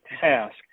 task